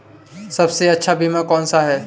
सबसे अच्छा बीमा कौनसा है?